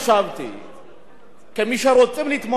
כמי שרוצים להתמודד עם התופעה החברתית